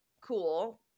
cool